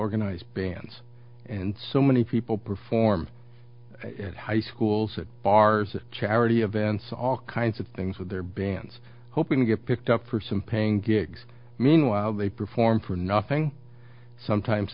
organize bands and so many people perform at high schools at bars charity events all kinds of things with their bands hoping to get picked up for some paying gigs meanwhile they perform for nothing sometimes